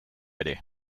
ere